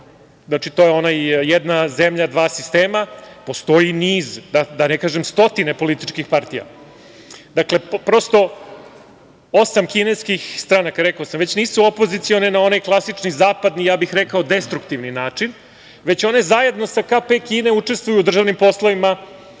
znači, to je jedna zemlja, dva sistema, postoji niz, da ne kažem stotine politički partija. Dakle, prosto osam kineskih stranaka, rekao sam, već nisu opozicione na onaj klasični zapad, ja bih rekao destruktivni način, već one zajedno sa KP Kinom učestvuju u državnim poslovima,